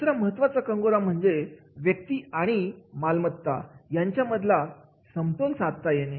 दुसरा महत्त्वाचा कंगोरा म्हणजे व्यक्ती आणि मालमत्ता यांच्यातला समतोल साधता येणे